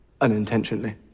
unintentionally